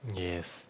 yes